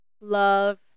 love